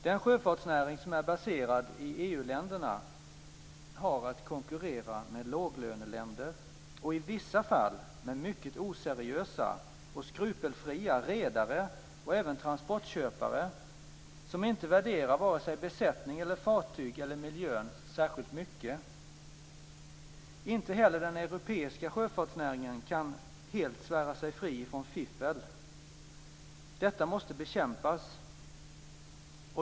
Den sjöfartsnäring som är baserad i EU-länderna har att konkurrera med låglöneländer och i vissa fall med mycket oseriösa och skrupelfria redare och även transportköpare som inte värderar vare sig besättning, fartyg eller miljön särskilt mycket. Inte heller den europeiska sjöfartsnäringen kan helt svära sig fri från fiffel. Detta måste bekämpas.